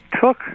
took